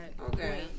Okay